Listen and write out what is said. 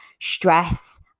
stress